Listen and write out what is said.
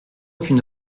qu’une